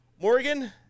morgan